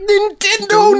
Nintendo